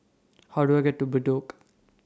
How Do I get to Bedok